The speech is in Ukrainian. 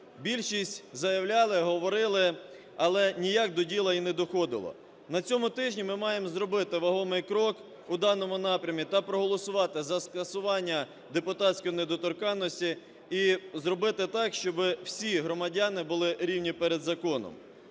Більшість заявляли, говорили, але ніяк до діла і не доходило. На цьому тижні ми маємо зробити вагомий крок у даному напрямі та проголосувати за скасування депутатської недоторканності і зробити так, щоби всі громадяни були рівні перед законом.